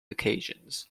occasions